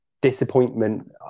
disappointment